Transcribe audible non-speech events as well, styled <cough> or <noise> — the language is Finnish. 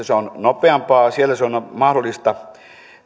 <unintelligible> se on nopeampaa siellä se on mahdollista